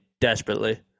desperately